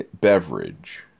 beverage